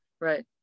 Right